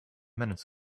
minutes